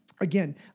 Again